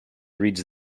reads